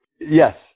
Yes